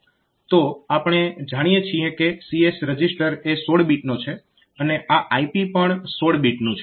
તો આપણે જાણીએ છીએ કે CS રજીસ્ટર એ 16 બીટનો છે અને આ IP પણ 16 બીટનું છે